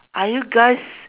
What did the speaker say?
are you guys